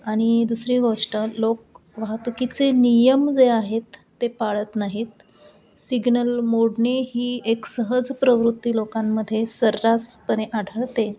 आणि दुसरी गोष्ट लोक वाहतुकीचे नियम जे आहेत ते पाळत नाहीत सिग्नल मोडणे ही एक सहज प्रवृत्ती लोकांमध्ये सर्रासपणे आढळते